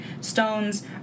stones